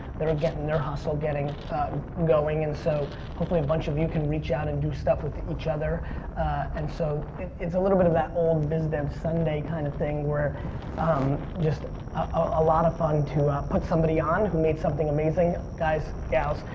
they're and getting their hustle, getting going, and so hopefully a bunch of you can reach out and do stuff with each other and so it's a little bit of that old biz dev sunday kind of thing where um just a lot of fun to put somebody on who made something amazing. guys, gals,